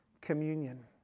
communion